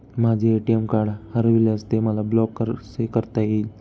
माझे ATM card हरविल्यास ते मला ब्लॉक कसे करता येईल?